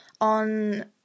on